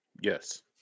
Yes